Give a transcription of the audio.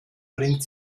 bringt